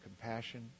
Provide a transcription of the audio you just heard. compassion